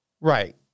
Right